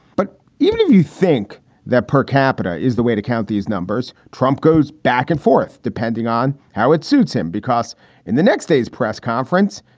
but even if you think that per capita is the way to count these numbers, trump goes back and forth depending on how it suits him, because in the next day's press conference,